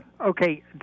okay